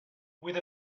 with